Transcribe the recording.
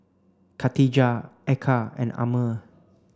Katijah Eka and Ammir